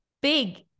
big